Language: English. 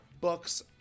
books